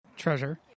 treasure